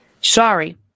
Sorry